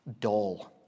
Dull